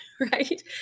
right